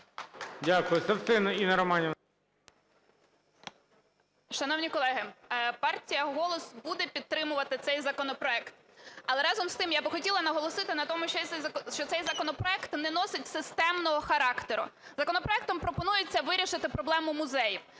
Дякую. Совсун Інна Романівна. 13:42:18 СОВСУН І.Р. Шановні колеги, партія "Голос" буде підтримувати цей законопроект. Але, разом з тим, я би хотіла наголосити на тому, що цей законопроект не носить системного характеру. Законопроектом пропонується вирішити проблему музеїв.